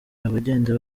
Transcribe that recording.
abagenda